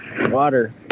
water